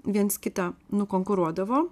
viens kitą nukonkuruodavo